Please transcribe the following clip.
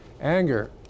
anger